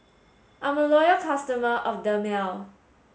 I'm a loyal customer of Dermale